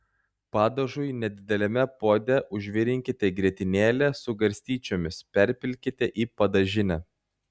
padažui nedideliame puode užvirinkite grietinėlę su garstyčiomis perpilkite į padažinę